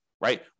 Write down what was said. right